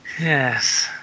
yes